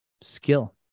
skill